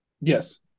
Yes